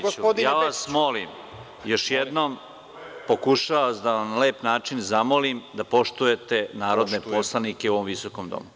Gospodine Pavićeviću, ja vas molim, još jednom pokušavam da vas na lep način zamolim da poštujete narodne poslanike u ovom visokom domu.